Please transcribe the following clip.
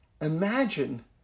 imagine